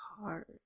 hard